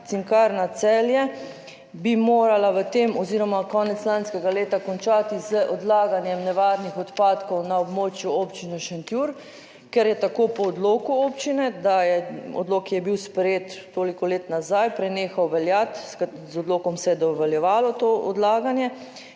Cinkarna Celje bi morala v tem oziroma konec lanskega leta končati z odlaganjem nevarnih odpadkov na območju občine Šentjur. Ker je tako po odloku občine, da je odlok, ki je bil sprejet toliko let nazaj, prenehal veljati. Z odlokom se je dovoljevalo to odlaganje,